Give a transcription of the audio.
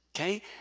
Okay